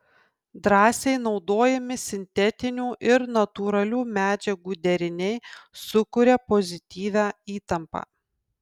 drąsiai naudojami sintetinių ir natūralių medžiagų deriniai sukuria pozityvią įtampą